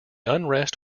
unrest